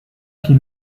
qui